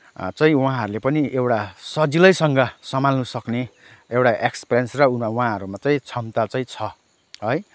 चाहिँ उहाँहरूले पनि एउटा सजिलैसँग सम्हाल्नुसक्ने एउटा एक्सपिरियन्स र उहाँहरूमा चाहिँ क्षमता चाहिँ छ है